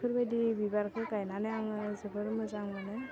बेफोरबायदि बिबारखौ गायनानै आङो जोबोद मोजां मोनो